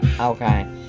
Okay